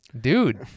Dude